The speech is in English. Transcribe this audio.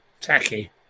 Tacky